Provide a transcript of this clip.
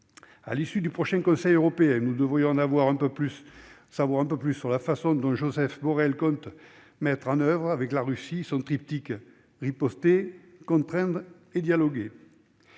À l'issue du prochain Conseil européen, nous devrions en savoir un peu plus sur la manière dont Josep Borrell compte mettre en oeuvre avec la Russie son triptyque « riposter, contraindre, dialoguer ».